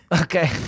Okay